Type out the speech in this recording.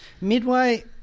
Midway